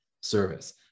service